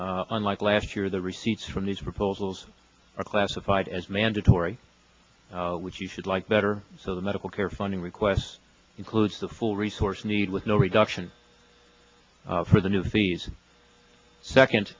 year unlike last year the receipts from these proposals are classified as mandatory which you should like better so the medical care funding requests includes the full resources need with no reduction for the new fees second